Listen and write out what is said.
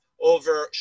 over